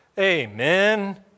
Amen